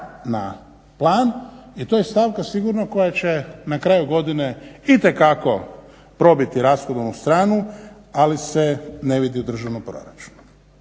na plan. I to je stavka sigurno koja će na kraju godine itekako probiti rashodovnu stranu ali se ne vidi u državnom proračunu.